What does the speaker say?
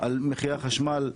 על מחיר החשמל,